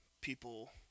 people